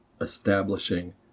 establishing